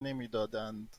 نمیدادند